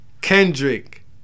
Kendrick